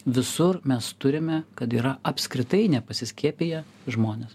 visur mes turime kad yra apskritai nepasiskiepiję žmonės